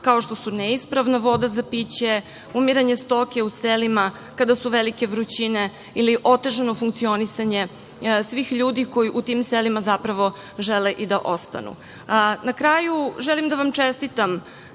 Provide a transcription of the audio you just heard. kao što su neispravna voda za piće, umiranje stoke u selima kada su velike vrućine ili otežano funkcionisanje svih ljudi koji u tim selima zapravo žele i da ostanu. Na kraju, želim da vam čestitam